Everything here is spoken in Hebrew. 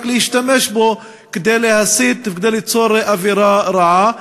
להשתמש בו כדי להסית וליצור אווירה רעה,